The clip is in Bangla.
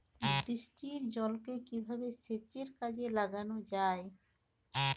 বৃষ্টির জলকে কিভাবে সেচের কাজে লাগানো য়ায়?